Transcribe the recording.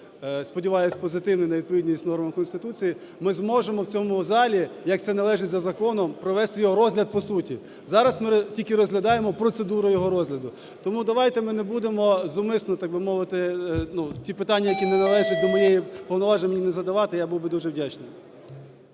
сподіваюся, позитивний на відповідність нормам Конституції, ми зможемо в цьому залі, як це належить за законом, провести його розгляд по суті. Зараз ми тільки розглядаємо процедуру його розгляду. Тому давайте ми не будемо зумисно, так би мовити, ті питання, які не належать до моїх повноважень, мені не задавати, я був би дуже вдячний.